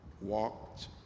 walked